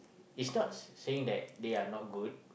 is not saying that they are not good